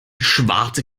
schwarte